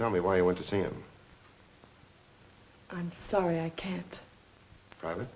tell me why you went to see him i'm sorry i can't private